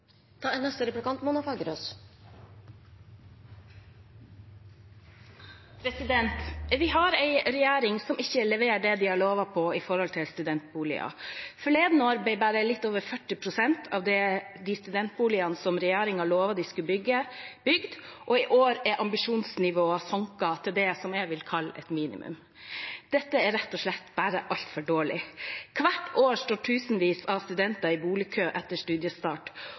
Vi har en regjering som ikke leverer det de har lovet når det gjelder studentboliger. Forleden år ble bare litt over 40 pst. av studentboligene som regjeringen lovet de skulle bygge, bygd, og i år er ambisjonsnivået senket til det jeg vil kalle et minimum. Dette er rett og slett altfor dårlig. Hvert år står tusenvis av studenter i boligkø etter studiestart,